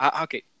okay